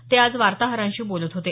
ते आज वार्ताहरांशी बोलत होते